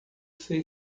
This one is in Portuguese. sei